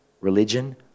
Religion